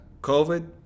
COVID